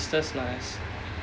ya it's just nice